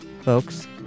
folks